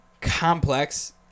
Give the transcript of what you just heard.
complex